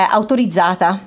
autorizzata